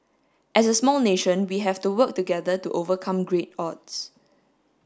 as a small nation we have to work together to overcome great odds